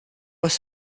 was